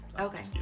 Okay